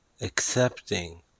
accepting